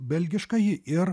belgiškąjį ir